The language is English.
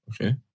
Okay